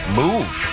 move